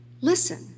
Listen